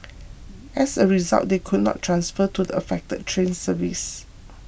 as a result they could not transfer to the affected train services